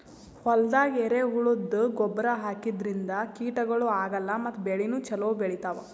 ಹೊಲ್ದಾಗ ಎರೆಹುಳದ್ದು ಗೊಬ್ಬರ್ ಹಾಕದ್ರಿನ್ದ ಕೀಟಗಳು ಆಗಲ್ಲ ಮತ್ತ್ ಬೆಳಿನೂ ಛಲೋ ಬೆಳಿತಾವ್